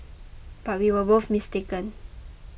but we were both mistaken